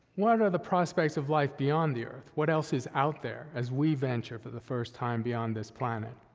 what are the prospects of life beyond the earth? what else is out there as we venture for the first time beyond this planet?